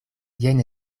jen